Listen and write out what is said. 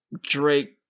Drake